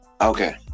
okay